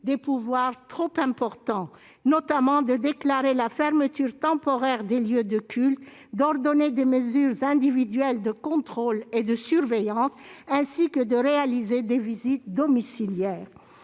selon nous trop importants, notamment ceux de déclarer la fermeture temporaire des lieux de culte, d'ordonner des mesures individuelles de contrôle et de surveillance, ainsi que de réaliser des visites domiciliaires.